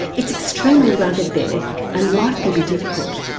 it's extremely rugged there and life can be difficult.